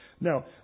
Now